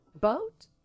Boat